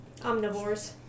Omnivores